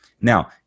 Now